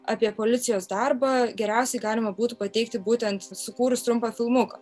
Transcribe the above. apie policijos darbą geriausiai galima būtų pateikti būtent sukūrus trumpą filmuką